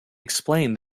explained